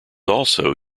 also